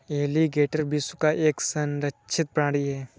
alligator विश्व का एक संरक्षित प्राणी है